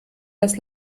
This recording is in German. das